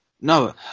No